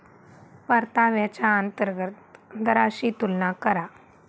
परताव्याच्या अंतर्गत दराशी तुलना करा